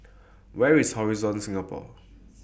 Where IS Horizon Singapore